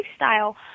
lifestyle